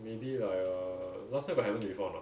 maybe like err last time got happen to you before or not